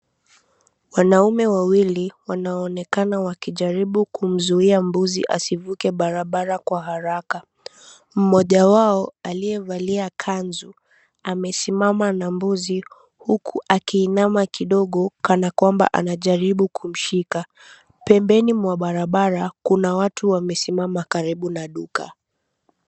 Wanaume wawili wanaoonekana wakijaribu kumzuia mbuzi asivuke barabara kwa haraka. Mmoja wao aliyevalia kanzu amesimama na mbuzi huku akiinama kidogo kana kwamba anajaribu kumshika. Pembeni mwa barabara kuna watu wamesimama karibu na duka.